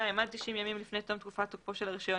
עד 90 ימים לפני תום תקופת תוקפו של הרישיון,